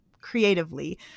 creatively